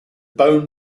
bone